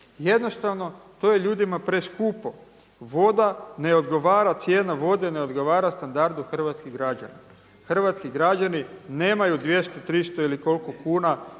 Jednostavno to je ljudima preskupo. Voda ne odgovara, cijena vode ne odgovara standardu hrvatskih građana. Hrvatski građani nemaju 200, 300 ili koliko kuna